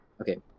Okay